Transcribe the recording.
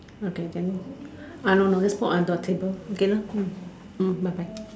okay can I don't know just put under the table okay lor um bye bye